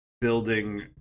building